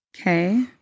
Okay